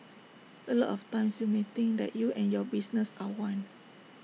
A lot of times you may think that you and your business are one